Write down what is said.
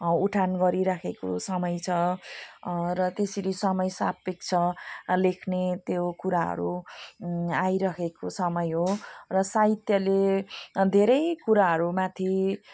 उठान गरिराखेको समय छ र त्यसरी समयसापेक्ष लेख्ने त्यो कुराहरू आइरखेको समय हो र साहित्यले धेरै कुराहरूमाथि